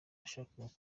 yashakaga